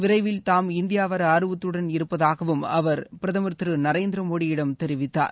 விரைவில் தாம் இந்தியா வர ஆர்வத்துடன் இருப்பதாகவும் அவர் பிரதமர் திரு நரேந்திர மோடியிடம் தெரிவித்தார்